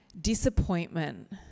disappointment